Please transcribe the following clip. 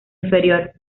inferior